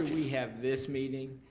we have this meeting,